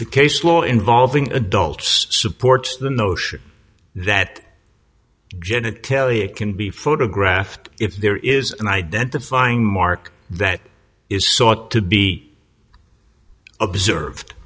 the case law involving adults supports the notion that jenna telia can be photographed if there is an identifying mark that is sought to be observed